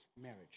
marriage